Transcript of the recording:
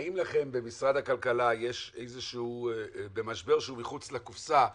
האם לכם במשרד הכלכלה, במשבר שהוא מחוץ לקופסה,